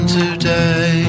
today